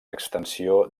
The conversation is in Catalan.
extensió